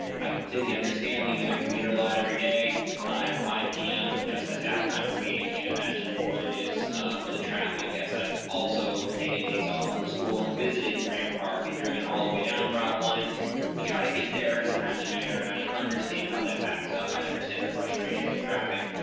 i completely understand leaving that commuter lot every day at five p m. just at that time for me, i can't imagine what it is for the traffic, as i've also taken days off from school and visited graham park and driven all the way down route one to try to get there in a timely manner, and i understand how that backs up. i understand the frustration with traffic,